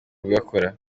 kugakora